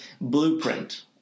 blueprint